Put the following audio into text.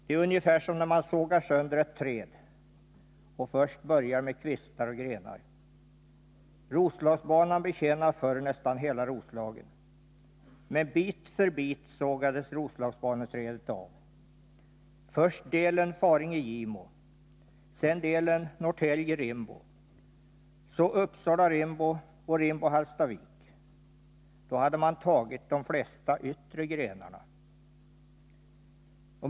Det är ungefär som när man sågar sönder ett träd och först börjar med kvistar och grenar. Roslagsbanan betjänade förr nästan hela Roslagen. Men bit för bit sågades Roslagsbaneträdet av. Först delen Faringe-Gimo, sedan delen Norrtälje-Rimbo. Så delarna Uppsala-Rimbo och Rimbo-Hallstavik. Då hade man tagit de flesta yttre grenarna.